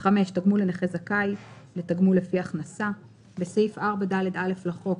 תגמול לנכה זכאי לתגמול לפי הכנסה 5. בסעיף 4ד(א) לחוק,